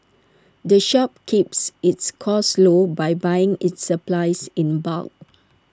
the shop keeps its costs low by buying its supplies in bulk